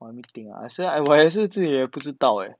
or let me think lah I 是我也是自己也不知道 leh